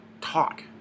talk